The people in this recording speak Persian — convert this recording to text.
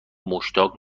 مشتاق